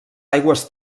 aigües